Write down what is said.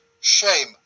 Shame